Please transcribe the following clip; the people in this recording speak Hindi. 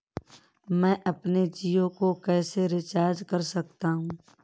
मैं अपने जियो को कैसे रिचार्ज कर सकता हूँ?